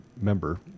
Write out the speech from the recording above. member